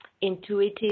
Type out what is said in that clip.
intuitive